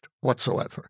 whatsoever